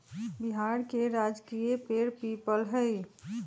बिहार के राजकीय पेड़ पीपल हई